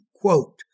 Quote